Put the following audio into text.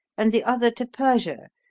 and the other to persia,